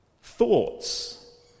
Thoughts